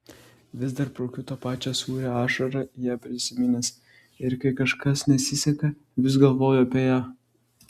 vis dar braukiu tą pačią sūrią ašarą ją prisiminęs ir kai kažkas nesiseka vis galvoju apie ją